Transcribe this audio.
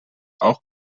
auch